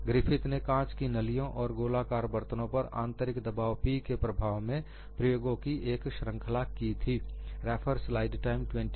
Griffith ने कांच की नलियों तथा गोलाकार बर्तनों पर आंतरिक दबाव p के प्रभाव में प्रयोगों की एक श्रंखला की थी